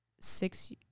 six